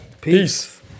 peace